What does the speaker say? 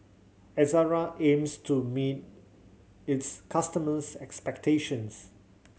Ezerra aims to meet its customers' expectations